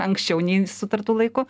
anksčiau nei sutartu laiku